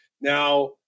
Now